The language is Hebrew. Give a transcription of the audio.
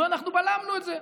ואנחנו בלמנו את זה.